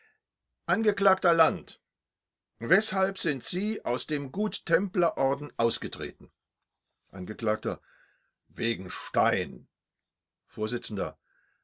angeklagter land weshalb sind sie aus dem guttemplerorden ausgetreten angekl wegen stein